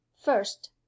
first